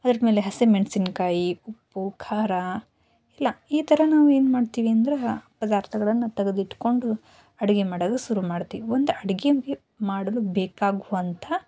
ಅದ್ರ ಮೇಲೆ ಹಸಿ ಮೆಣ್ಸಿನಕಾಯಿ ಉಪ್ಪು ಖಾರ ಇಲ್ಲ ಈ ಥರ ನಾವು ಏನು ಮಾಡ್ತೀವಿ ಅಂದ್ರೆ ಪದಾರ್ಥಗಳನ್ನು ತೆಗೆದಿಟ್ಟುಕೊಂಡು ಅಡಿಗೆ ಮಾಡೋದು ಶುರು ಮಾಡ್ತೀವಿ ಒಂದು ಅಡಿಗೆ ಮಾಡಲು ಬೇಕಾಗುವಂತಹ